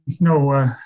no